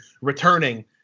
returning